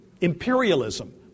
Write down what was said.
imperialism